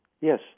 Yes